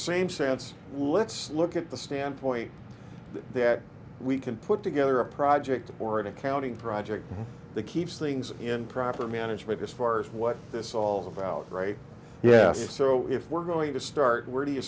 same sense let's look at the standpoint that we can put together a project already counting project that keeps things in proper management as far as what this all about right yes so if we're going to start where do you